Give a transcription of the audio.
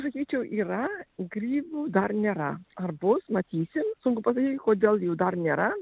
sakyčiau yra grybų dar nėra ar bus matysim sunku pasakyti kodėl jų dar nėra